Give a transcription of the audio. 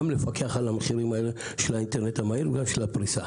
גם לפקח על המחירים האלה של האינטרנט המהיר וגם של הפריסה.